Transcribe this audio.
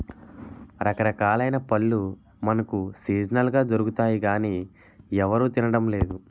రకరకాలైన పళ్ళు మనకు సీజనల్ గా దొరుకుతాయి గానీ ఎవరూ తినడం లేదు